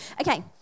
okay